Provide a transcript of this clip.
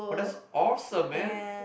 oh that's awesome man